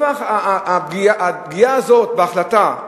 הפגיעה הזאת שבהחלטה,